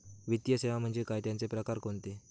वित्तीय सेवा म्हणजे काय? त्यांचे प्रकार कोणते?